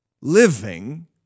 living